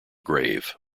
grave